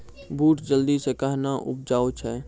बूट जल्दी से कहना उपजाऊ छ?